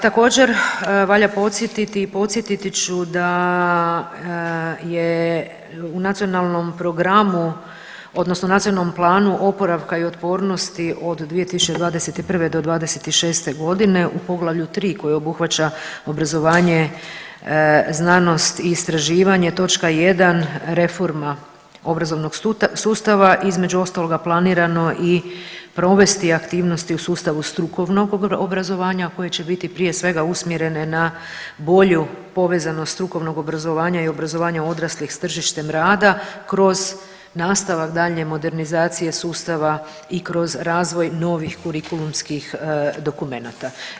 Također valja podsjetiti i podsjetiti ću da je u nacionalnom programu odnosno NPOO-u od 2021. do '26.g. u Poglavlju 3 koje obuhvaća obrazovanje, znanost i istraživanje, točka 1. reforma obrazovnog sustava između ostaloga planirano i provesti aktivnosti u sustavu strukovnog obrazovanja, a koje će biti prije svega usmjerene na bolju povezanost strukovnog obrazovanja i obrazovanja odraslih s tržištem rada kroz nastavak daljnje modernizacije sustava i kroz razvoj novih kurikulumskih dokumenata.